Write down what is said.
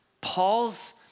Paul's